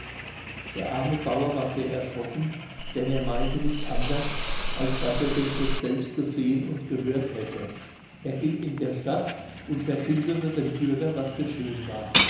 der arme bauer war sehr erschrocken denn er meinte nicht anders als daß er den gott selbst gesehen und gehört hätte er ging in der stadt und verkündete den bürgern was geschehen war